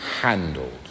handled